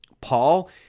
Paul